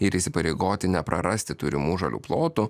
ir įsipareigoti neprarasti turimų žalių plotų